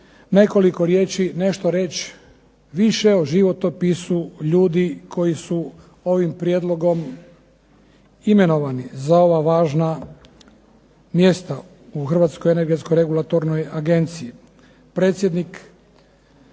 nekoliko riječi nešto reći više o životopisu ljudi koji su ovim prijedlogom imenovani za ova važna mjesta u Hrvatskoj energetskoj regulatornoj agenciji.